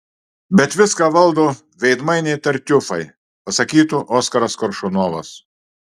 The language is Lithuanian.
bet viską valdo veidmainiai tartiufai pasakytų oskaras koršunovas